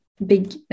big